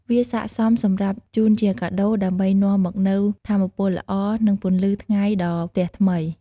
វាស័ក្តិសមសម្រាប់ជូនជាកាដូដើម្បីនាំមកនូវថាមពលល្អ និងពន្លឺថ្ងៃដល់ផ្ទះថ្មី។